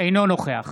אינו נוכח